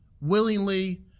willingly